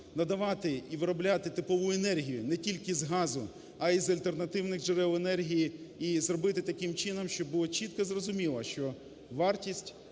надавати і виробляти теплову енергію не тільки з газу, а і із альтернативних джерел енергії. І зробити таким чином, щоб було зрозуміло, що вартість